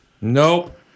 Nope